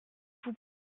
vous